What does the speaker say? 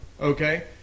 okay